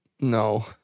No